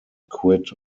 quit